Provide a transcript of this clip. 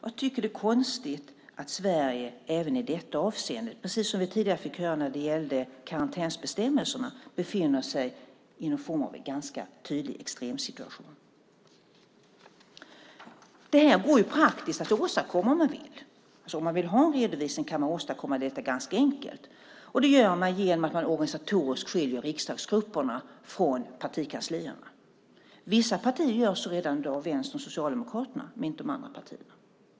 Jag tycker att det är konstigt att Sverige även i detta avseende, precis som vi tidigare fick höra när det gällde karantänsbestämmelserna, befinner sig i en ganska tydlig extremsituation. Det här går praktiskt att åstadkomma om man vill. Om man vill ha en redovisning kan man åstadkomma det ganska enkelt. Det gör man genom att man organisatoriskt skiljer riksdagsgrupperna från partikanslierna. Vissa partier, Vänstern och Socialdemokraterna, gör så redan i dag men inte de andra partierna.